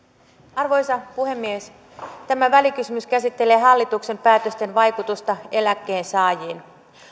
arvoisa puhemies tämä välikysymys käsittelee hallituksen päätösten vaikutusta eläkkeensaajiin